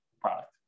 product